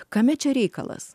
kame čia reikalas